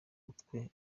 utwe